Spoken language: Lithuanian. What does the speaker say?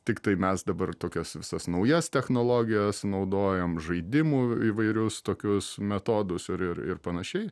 tiktai mes dabar tokias visas naujas technologijas naudojam žaidimų įvairius tokius metodus ir ir ir panašiai